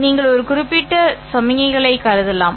நீங்கள் ஒரு குறிப்பிட்ட சமிக்ஞைகளைக் கருதலாம்